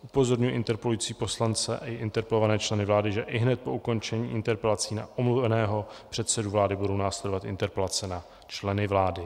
Upozorňuji interpelující poslance i interpelované členy vlády, že ihned po ukončení interpelací na omluveného předsedu vlády budou následovat interpelace na členy vlády.